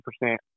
percent